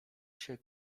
się